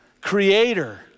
Creator